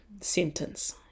sentence